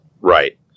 Right